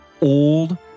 old